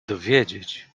dowiedzieć